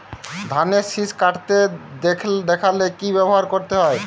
ধানের শিষ কাটতে দেখালে কি ব্যবহার করতে হয়?